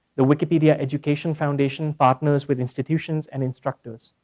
the wikipedia education foundation partners with institutions and instructors.